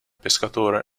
pescatore